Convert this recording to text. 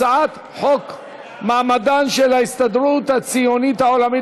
הצעת חוק מעמדן של ההסתדרות הציונית העולמית